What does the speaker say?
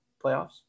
playoffs